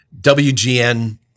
WGN